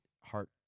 heart